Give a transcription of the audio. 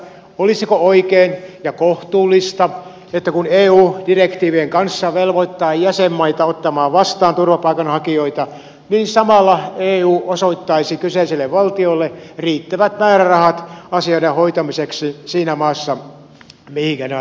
olisiko oikein ja kohtuullista että kun eu direktiivien kanssa velvoittaa jäsenmaita ottamaan vastaan turvapaikanhakijoita niin samalla eu osoittaisi kyseiselle valtiolle riittävät määrärahat asioiden hoitamiseksi siinä maassa mihinkä nämä turvapaikanhakijat tulevat